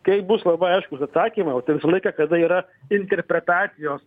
kai bus labai aiškūs atsakymai o tai visą laiką kada yra interpretacijos